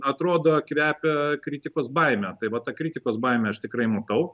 atrodo kvepia kritikos baime tai va tą kritikos baimę aš tikrai matau